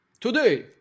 today